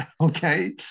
okay